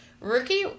rookie